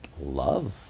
love